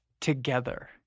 together